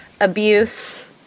abuse